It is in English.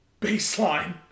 baseline